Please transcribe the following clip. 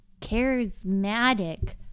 charismatic